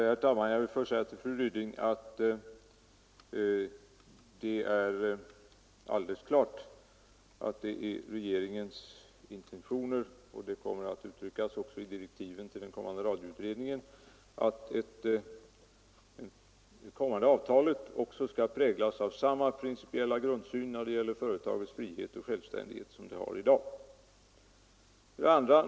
Herr talman! Jag vill först säga till fru Ryding att det är alldeles klart enligt regeringens intentioner — detta kommer också att uttryckas i direktiven till den nya radioutredningen — att det kommande avtalet skall präglas av samma principiella grundsyn när det gäller företagets frihet och självständighet som avtalet har i dag.